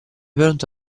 pronto